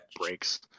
breaks